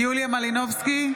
מלינובסקי,